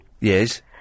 Yes